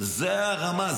זה הרמה.